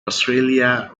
australia